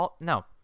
no